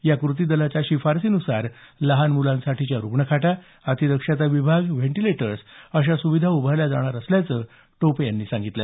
या कृती दलाच्या शिफारसी नुसार लहान मुलांसाठीच्या रुग्णखाटा अतिदक्षता विभाग व्हेंटिलेटर्स अशा सुविधा उभारल्या जाणार असल्याचं टोपे यांनी सांगितलं